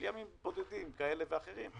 של ימים בודדים כאלה ואחרים.